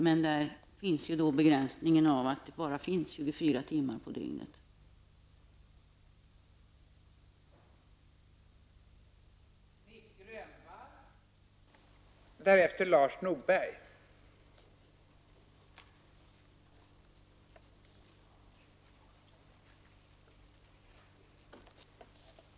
Men det finns ju begränsningar för vad man kan göra i och med att dygnet bara har tjugofyra timmar.